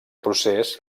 procés